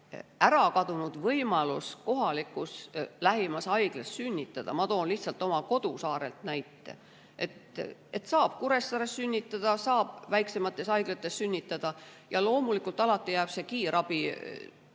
ära kadunud võimalus kohalikus lähimas haiglas sünnitada. Ma toon lihtsalt oma kodusaarelt näite: saab Kuressaares sünnitada, saab väiksemates haiglates sünnitada. Loomulikult, alati jääb see kiirabi